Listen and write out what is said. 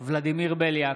ולדימיר בליאק,